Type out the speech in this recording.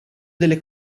delle